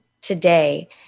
today